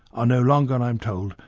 are no longer, i'm told,